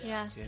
Yes